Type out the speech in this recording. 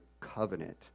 covenant